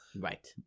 Right